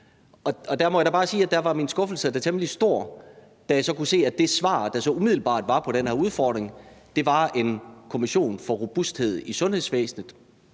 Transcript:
Og der må jeg bare sige, at min skuffelse da var temmelig stor, da jeg så kunne se, at det svar, der umiddelbart var på den her udfordring, var en kommission for robusthed i sundhedsvæsenet,